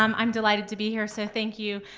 um i'm delighted to be here so thank you.